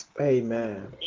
Amen